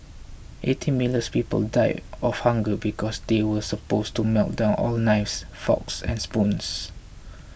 eighteen millions people died of hunger because they were supposed to melt down all knives forks and spoons